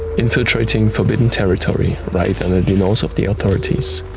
infiiltrating forbidden territory right under the nose of the authorities.